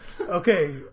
Okay